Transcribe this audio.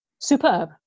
superb